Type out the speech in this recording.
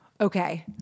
Okay